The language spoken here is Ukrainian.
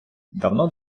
давно